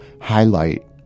highlight